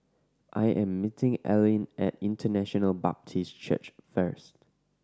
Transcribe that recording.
I am meeting Alene at International Baptist Church first